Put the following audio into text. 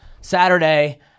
Saturday